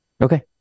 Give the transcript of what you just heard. Okay